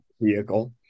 vehicle